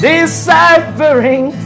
Deciphering